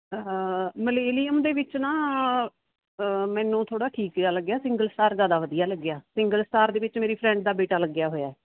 millennium ਦੇ ਵਿੱਚ ਨਾ ਮੈਨੂੰ ਥੋੜ੍ਹਾ ਠੀਕ ਜਿਹਾ ਲੱਗਿਆ ਸਿੰਗਲ ਸਟਾਰ ਜ਼ਿਆਦਾ ਵਧੀਆ ਲੱਗਿਆ ਸਿੰਗਲ ਸਟਾਰ ਦੇ ਵਿੱਚ ਮੇਰੀ ਫਰੈਂਡ ਦਾ ਬੇਟਾ ਲੱਗਿਆ ਹੋਇਆ